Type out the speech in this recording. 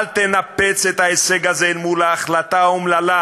אל תנפץ את ההישג הזה אל ההחלטה האומללה